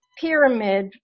pyramid